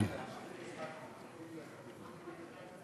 לדיון מוקדם